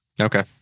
Okay